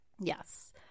Yes